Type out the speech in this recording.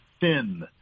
sin